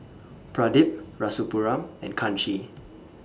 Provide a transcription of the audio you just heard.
Pradip Rasipuram and Kanshi